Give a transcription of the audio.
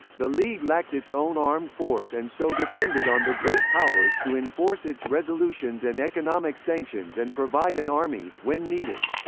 the league lacked its own armed force and so depended on the great powers to enforce its resolutions and economic sanctions and provide an army, when needed.